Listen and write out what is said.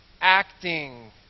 acting